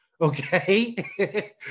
Okay